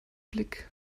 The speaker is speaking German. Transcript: blick